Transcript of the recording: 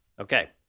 Okay